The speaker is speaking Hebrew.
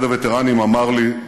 אחד הווטרנים אמר לי: